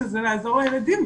שזה לעזור לילדים,